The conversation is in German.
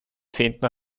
zehnten